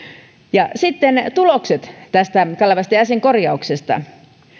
ja sitten tulokset tästä kalevalaisesta jäsenkorjauksesta